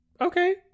okay